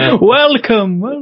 Welcome